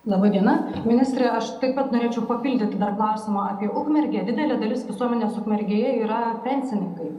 laba diena ministre aš taip pat norėčiau papildyti dar klausimą apie ukmergę didelė dalis visuomenės ukmergėje yra pensininkai